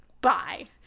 bye